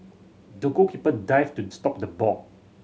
the goalkeeper dived to stop the ball